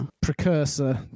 Precursor